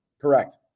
Correct